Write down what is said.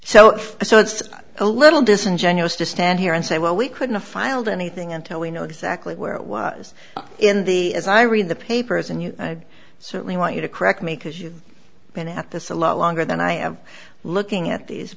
so it's a little disingenuous to stand here and say well we couldn't a filed anything until we know exactly where it was in the as i read the papers and you i'd certainly want you to correct me because you've been at this a lot longer than i have looking at these